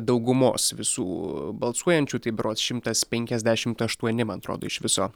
daugumos visų balsuojančių tai berods šimtas penkiasdešimt aštuoni man atrodo iš viso